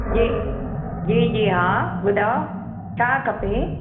जी जी जी हा ॿुधायो छा खपे